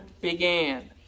began